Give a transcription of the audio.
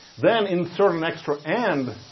then insert an extra and,